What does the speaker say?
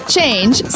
Change